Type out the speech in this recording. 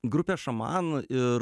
grupė šamanų ir